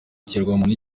ikiremwamuntu